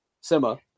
Simba